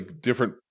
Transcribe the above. different